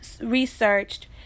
researched